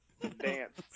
dance